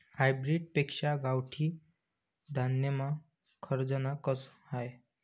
hybrid पेक्शा गावठी धान्यमा खरजना कस हास